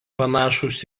panašūs